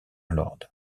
lord